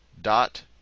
dot